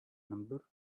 number